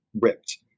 ripped